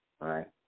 Right